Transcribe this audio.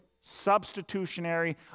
substitutionary